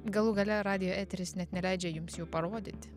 galų gale radijo eteris net neleidžia jums jų parodyt